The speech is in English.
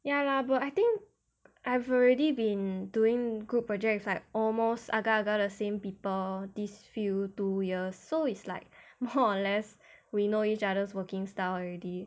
ya lah but I think I've already been doing group projects like almost agak-agak the same people this few two years so it's like more or less we know each other's working style already